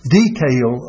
detail